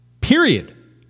Period